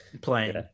playing